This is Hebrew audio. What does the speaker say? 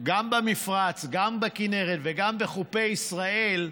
גם במפרץ, גם בכינרת וגם בחופי ישראל,